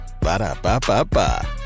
Ba-da-ba-ba-ba